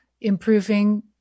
improving